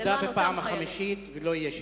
תודה בפעם החמישית ולא תהיה שישית.